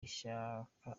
ishyaka